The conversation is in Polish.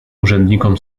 urzędnikom